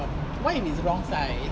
what if wrong size